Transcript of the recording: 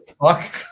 Fuck